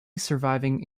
surviving